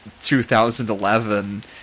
2011